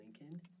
Lincoln